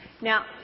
Now